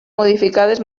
modificades